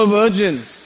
virgins